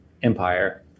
Empire